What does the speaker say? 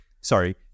Sorry